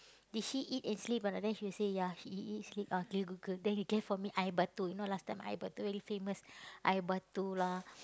did she eat and sleep or not then she will say ya she eat and sleep ah okay good girl then gave for me air batu you know last time air batu very famous air batu lah